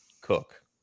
Cook